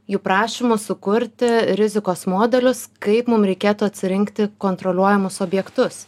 jų prašymu sukurti rizikos modelius kaip mum reikėtų atsirinkti kontroliuojamus objektus